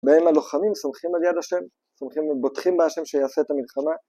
והם הלוחמים סומכים על יד ה', סומכים ובוטחים בי השם שיעשה את המלחמה